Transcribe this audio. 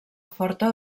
forta